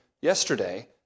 yesterday